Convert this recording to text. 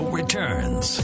returns